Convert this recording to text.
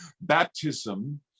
baptism